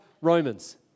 Romans